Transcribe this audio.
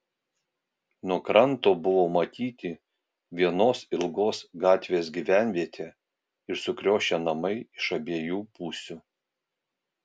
nuo kranto buvo matyti vienos ilgos gatvės gyvenvietė ir sukriošę namai iš abiejų pusių